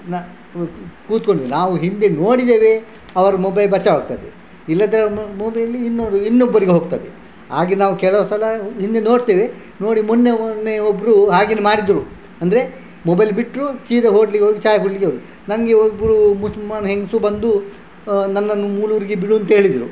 ನಾನು ಕೂತ್ಕೊಂಡ್ವಿ ನಾವು ಹಿಂದೆ ನೋಡಿದ್ದೇವೆ ಅವರ ಮೊಬೈಲ್ ಬಚಾವಾಗ್ತದೆ ಇಲ್ಲದ್ರೆ ಮೊಬೈಲ್ ಇನ್ನೊಬ್ರಿಗೆ ಹೋಗ್ತದೆ ಹಾಗೆ ನಾವು ಕೆಲವು ಸಲ ಹಿಂದೆ ನೋಡ್ತೇವೆ ನೋಡಿ ಮೊನ್ನೆ ಮೊನ್ನೆ ಒಬ್ಬರು ಹಾಗೆಯೇ ಮಾಡಿದರು ಅಂದರೆ ಮೊಬೈಲ್ ಬಿಟ್ಟರು ಸೀದ ಹೋಟ್ಲಿಗೆ ಹೋಗಿ ಚಾಯ್ ಕುಡಿಲಿಕ್ಕೆ ಹೋದರು ನನಗೆ ಒಬ್ಬರು ಮುಸಲ್ಮಾನ್ ಹೆಂಗಸು ಬಂದು ನನ್ನನ್ನು ಮೂಳೂರಿಗೆ ಬಿಡು ಅಂತ ಹೇಳಿದಳು